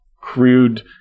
crude